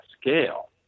scale